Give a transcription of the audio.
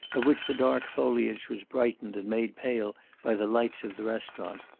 of which the dark foliage was brightened and made pale by the lights of the restaurant.